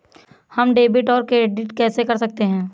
हम डेबिटऔर क्रेडिट कैसे कर सकते हैं?